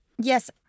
Yes